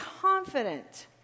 confident